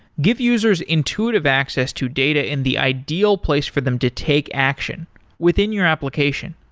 give users intuitive access to data in the ideal place for them to take action within your application.